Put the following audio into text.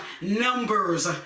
numbers